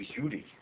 beauty